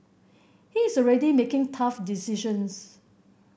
he is already making tough decisions